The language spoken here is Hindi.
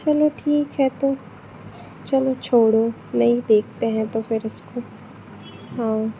चलो ठीक है तो चलो छोड़ो नहीं देखते हैं तो फिर उसको हाँ